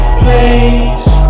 please